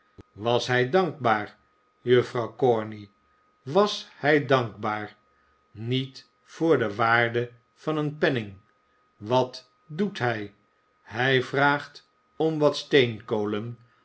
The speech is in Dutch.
was hij dankbaar juffrouw corney was hij dankbaar niet voor de waarde van een penning wat doet hij hij vraagt om wat